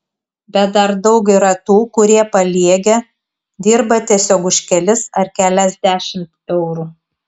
bet dar daug yra tų kurie paliegę dirba tiesiog už kelis ar keliasdešimt eurų